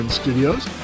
studios